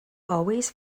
always